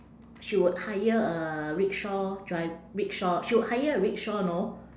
she would hire a rickshaw dri~ rickshaw she would hire a rickshaw know